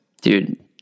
dude